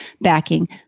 backing